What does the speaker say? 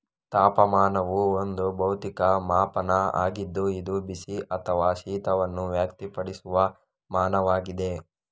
ತಾಪಮಾನವು ಒಂದು ಭೌತಿಕ ಮಾಪನ ಆಗಿದ್ದು ಇದು ಬಿಸಿ ಅಥವಾ ಶೀತವನ್ನು ವ್ಯಕ್ತಪಡಿಸುವ ಮಾನವಾಗಿದೆ